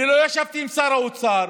אני לא ישבתי עם שר האוצר,